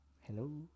Hello